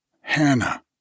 Hannah